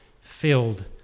filled